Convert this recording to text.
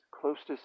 closest